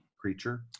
creature